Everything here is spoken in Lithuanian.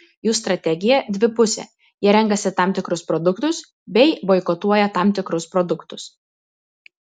jų strategija dvipusė jie renkasi tam tikrus produktus bei boikotuoja tam tikrus produktus